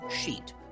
sheet